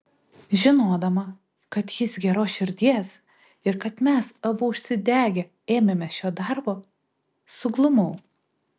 žinodama kad jis geros širdies ir kad mes abu užsidegę ėmėmės šio darbo suglumau